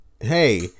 hey